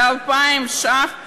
זה 2,000 ש"ח לחודש,